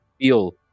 feel